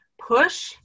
push